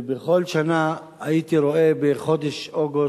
בכל שנה הייתי רואה בחודש אוגוסט,